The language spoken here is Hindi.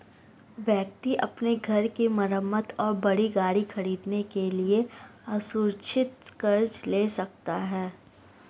व्यक्ति अपने घर की मरम्मत और बड़ी गाड़ी खरीदने के लिए असुरक्षित कर्ज ले सकता है